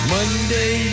Monday